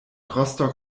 rostock